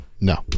No